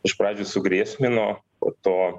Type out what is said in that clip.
iš pradžių sugrėsmino po to